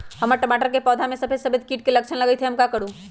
हमर टमाटर के पौधा में सफेद सफेद कीट के लक्षण लगई थई हम का करू?